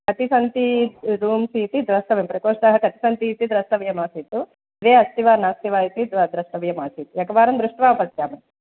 कति सन्ति रूम्स् इति द्रस्तव्यं प्रकोष्टाः कति सन्ति इति द्रष्टव्यम् आसीत् द्वे अस्ति वा नास्ति वा इति द्रष्टव्यम् आसीत् एकवारं दृष्ट्वा पश्यामि